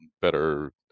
better